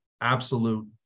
absolute